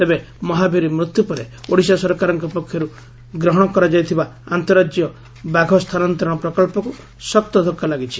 ତେବେ ମହାବୀର ମୃତ୍ଧ୍ ପରେ ଓଡ଼ିଶା ସରକାରଙ୍କ ପକ୍ଷରୁ ଗ୍ରହଶ କରାଯାଇଥିବା ଆନ୍ତଃରାକ୍ୟ ବାଘ ସ୍ତାନାନ୍ତରଣ ପ୍ରକବ୍ବକୁ ଶକ୍ତ ଧକ୍ତା ଲାଗିଛି